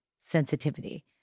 sensitivity